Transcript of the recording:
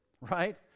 right